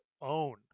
own